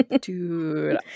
dude